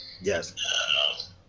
Yes